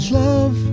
love